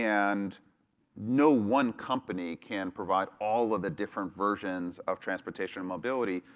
and no one company can provide all of the different versions of transportation mobility.